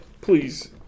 Please